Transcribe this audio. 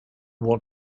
want